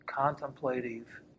contemplative